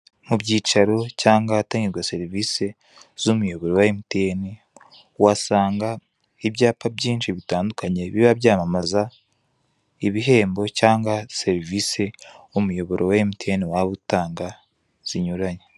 Mu byicaro cyangwa ahatangirwa serivise z'umuyoboro wa emutiyeni, uhasanga ibyapa byinshi bitandukanye, biba byamamaza ibihembo cyangwa serivise umuyoboro wa emutiyene waba utanga, zinyuranye.